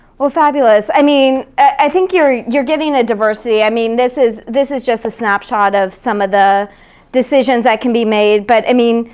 well, fabulous. i mean, i think you're you're getting a diversity. i mean, this is this is just a snapshot of some of the decisions that can be made, but, i mean,